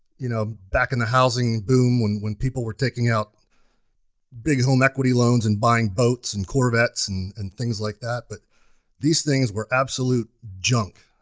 you know back in the housing boom when when people were taking out big home equity loans and buying boats and corvettes and and things like that, but these things were absolute junk.